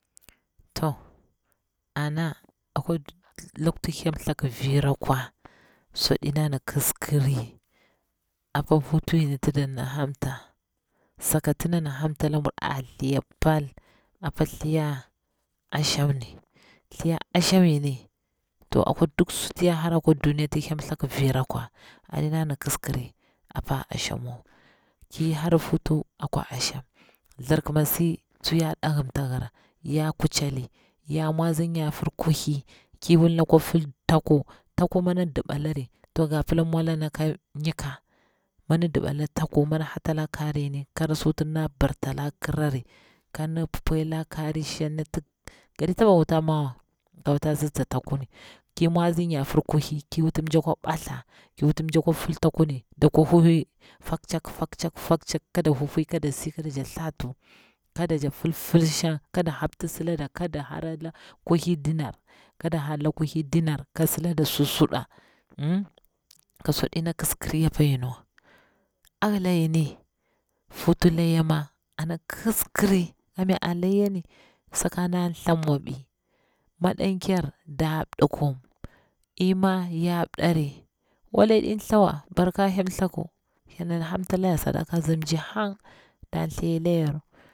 Toh ana akwa duniya lakuti hemthaku vira kewa swa ɗina na kitsi kiri apa futu ngini ti dana hamta sakati dana hamtala buru a thliya pal apa thliya asham ni, thliya asham yoni to akwa duk suti ya harari akwa duniya ti hyel thaku vira kwa a ɗinana kis kri epa a asham wa, ki hora hutu akwa ashem, thirki ma si tsu ya ɗaghim ta hira, ya kucheli ya matsi nyafur kuthli, ki wul dakwa fil taku, taku mi nɗi diba lari tin ga pila mwda naka nikka, mi diba da taku, mi dik hatala korimi, kora bi wuti nda bartala kirari, kaɗi pwui la kari nshang nati ga ɗi taba wuta mawa ga wuta atsi nza taku ni, ki mwatsi nyafur kuthli ki wuti mja kwa batha, mja kwa fil taku ni, da kwa hwui faktahak faktahak faktohak kada hwhwi ƙoda si, keda jak thatu, da jekti fil fil shang, keda homti sileda kada hora kuthli dinar ka sila nɗa sususuɗa uhm ka swaɗi na kiskiri apa yiniwa. A hila yini futu layya mo ana kiskiri, mi a layya ni, saka nda tha mwabi, madan ker nda mdi kum, ima ya mdari, wala yadi thawa barka hyelthaku yarna wuti hamdala he sadaka zumci han dati neyar.